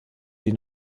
die